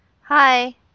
Hi